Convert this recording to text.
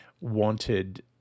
wanted